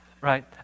right